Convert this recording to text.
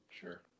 Sure